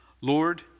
Lord